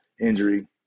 injury